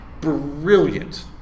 brilliant